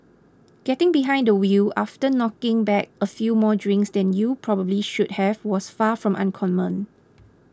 getting behind the wheel after knocking back a few more drinks than you probably should have was far from uncommon